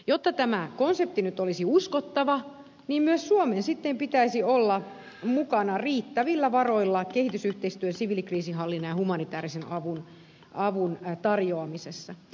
jotta tämä konsepti nyt olisi uskottava niin myös suomen sitten pitäisi olla mukana riittävillä varoilla kehitysyhteistyön siviilikriisinhallinnan ja humanitäärisen avun tarjoamisessa